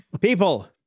People